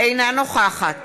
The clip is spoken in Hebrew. אינה נוכחת